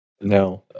No